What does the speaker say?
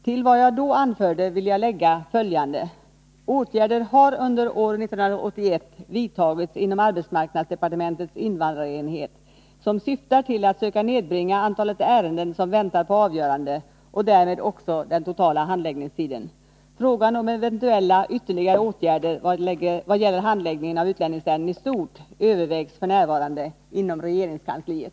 Till vad jag då anförde vill jag lägga följande. Åtgärder har under år 1981 vidtagits inom arbetsmarknadsdepartementets invandrarenhet som syftar till att söka nedbringa antalet ärenden som väntar på avgörande och därmed också den totala handläggningstiden. Frågan om eventuella ytterligare åtgärder vad gäller handläggningen av utlänningsärenden i stort övervägs f.n. inom regeringskansliet.